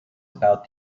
about